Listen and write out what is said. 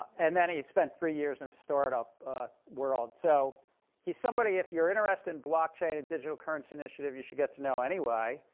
and then he spent three years in a startup world. so he's somebody if you're interested in blockchain and digital currency initiative, you should get to know anyway.